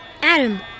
Adam